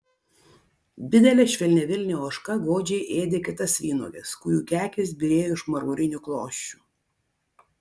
didelė švelniavilnė ožka godžiai ėdė kitas vynuoges kurių kekės byrėjo iš marmurinių klosčių